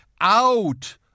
out